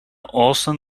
austen